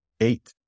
eight